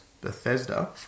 Bethesda